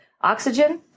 Oxygen